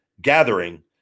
gathering